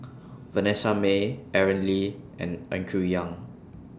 Vanessa Mae Aaron Lee and Andrew Ang